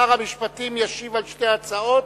שר המשפטים ישיב על שתי ההצעות,